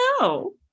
No